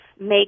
make